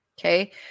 Okay